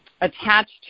attached